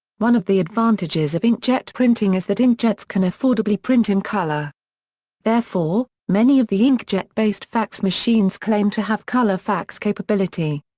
one of the advantages of inkjet printing is that inkjets can affordably print in color therefore, many of the inkjet-based fax machines claim to have color fax capability.